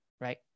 right